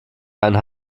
einen